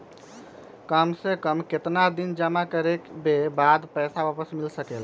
काम से कम केतना दिन जमा करें बे बाद पैसा वापस मिल सकेला?